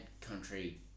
country